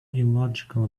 illogical